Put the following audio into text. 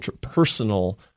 personal